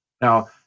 Now